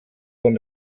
von